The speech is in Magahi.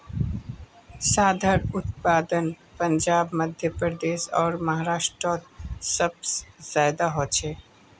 संत्रार उत्पादन पंजाब मध्य प्रदेश आर महाराष्टरोत सबसे ज्यादा होचे